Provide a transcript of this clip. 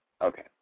Okay